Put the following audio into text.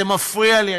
זה מפריע לי.